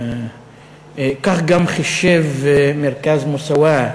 כך גם חישב מרכז "מוסאוא",